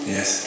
Yes